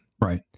Right